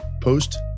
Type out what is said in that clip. post